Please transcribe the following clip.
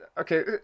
okay